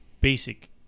basic